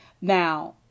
Now